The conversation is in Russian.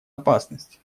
опасность